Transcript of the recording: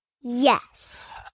Yes